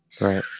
Right